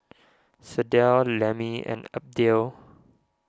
Sydell Lemmie and Abdiel